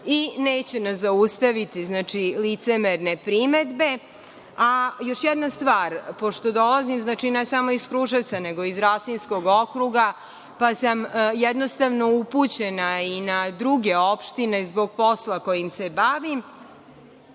i neće nas zaustaviti licemerne primedbe. Još jedna stvar, pošto dolazim ne samo iz Kruševca, nego iz Rasinskog okruga, pa sam jednostavno upućena i na druge opštine zbog posla kojim se bavim,